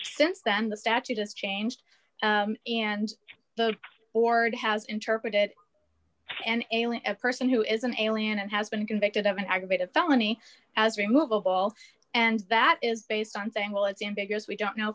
since then the statute has changed and the board has interpreted and ailing a person who is an alien and has been convicted of an aggravated felony as removeable and that is based on saying well it's in vegas we don't know